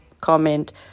comment